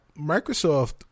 Microsoft